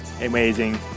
amazing